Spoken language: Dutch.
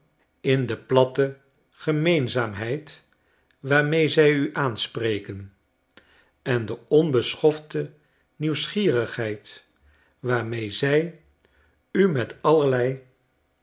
in de platte gemeenzaamheid waarmee zij u aanspreken en de onbeschofte nieuwsgierigheid waarmee zij u metallerlei